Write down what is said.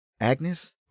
Agnes